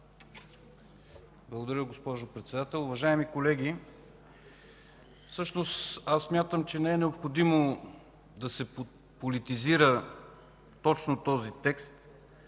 Благодаря, госпожо Председател. Уважаеми колеги, всъщност смятам, че не е необходимо да се политизира точно този текст.